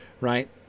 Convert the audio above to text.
right